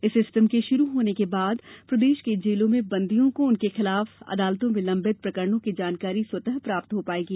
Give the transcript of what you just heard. इस सिस्टम के शुरू होने के बाद प्रदेश की जेलों में बंदियों को उनके खिलाफ अदालतों में लंबित प्रकरणों की जानकारी स्वतः प्राप्त हो पाएगी